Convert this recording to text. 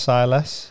Silas